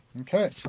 Okay